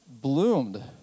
bloomed